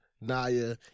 Naya